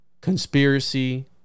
conspiracy